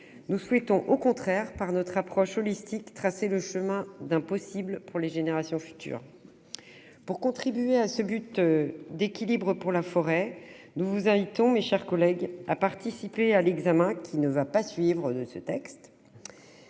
Nous souhaitons, par notre approche holistique, tracer le chemin d'un possible pour les générations suivantes. Pour contribuer à cet équilibre de la forêt, nous vous invitons, mes chers collègues, à participer à l'examen des articles du texte